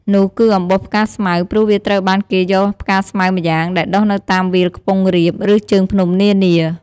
នោះគឺអំបោសផ្កាស្មៅ ព្រោះវាត្រូវបានគេយកផ្កាស្មៅម្យ៉ាង ដែលដុះនៅតាមវាលខ្ពង់រាប ឬជើងភ្នំនានា។